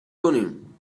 کنیم